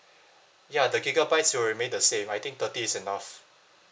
ya the gigabytes will remain the same I think thirty is enough